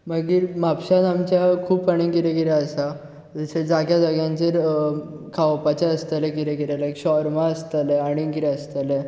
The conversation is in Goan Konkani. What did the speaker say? मागीर म्हापश्यांत आमच्या खूब आनी कितें कितें आसा अशें जाग्या जाग्यांचेर खावपाचें आसतलें कितें कितें लायक शौर्मा आसतलें आनी कितें आसतलें